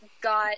got